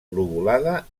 lobulada